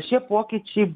šie pokyčiai